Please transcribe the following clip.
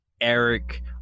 Eric